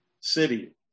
city